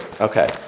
Okay